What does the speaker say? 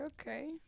okay